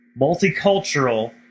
multicultural